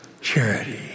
charity